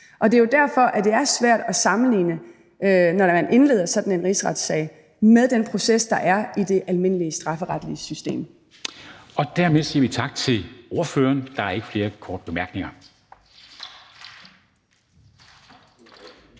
Det er jo derfor, at det er svært at sammenligne, når man indleder sådan en rigsretssag, med den proces, der er i det almindelige strafferetlige system. Kl. 13:13 Formanden (Henrik Dam Kristensen): Dermed siger vi tak til ordføreren. Der er ikke flere korte bemærkninger.